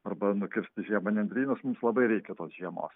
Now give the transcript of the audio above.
arba nukirsti žiemą nendrynus mums labai reikia tos žiemos